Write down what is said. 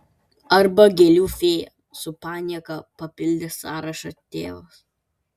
arba gėlių fėja su panieka papildė sąrašą tėvas